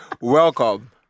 welcome